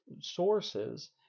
sources